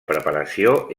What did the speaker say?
preparació